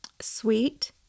sweet